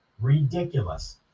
ridiculous